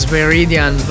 Meridian